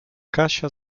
kasia